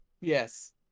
Yes